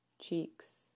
cheeks